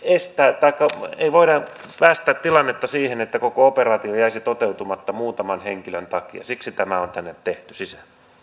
ei voida päästää tilannetta siihen että koko operaatio jäisi toteutumatta muutaman henkilön takia siksi tämä on tänne sisään